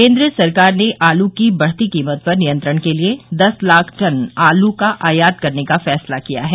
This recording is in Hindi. केन्द्र सरकार ने आलू की बढ़ती कीमत पर नियंत्रण के लिए दस लाख टन आलू का आयात करने का फैसला किया है